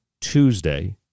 Tuesday